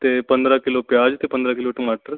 ਅਤੇ ਪੰਦਰ੍ਹਾਂ ਕਿੱਲੋ ਪਿਆਜ ਅਤੇ ਪੰਦਰ੍ਹਾਂ ਕਿੱਲੋ ਟਮਾਟਰ